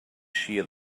shear